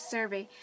Survey